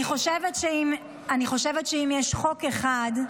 אני חושבת שאם יש חוק אחד,